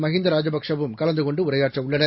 மஹிந்தா ராஜபக்சே வும் கலந்து கொண்டு உரையாற்றவுள்ளனர்